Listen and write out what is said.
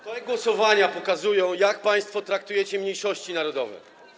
Te głosowania pokazują, jak państwo traktujecie mniejszości narodowe.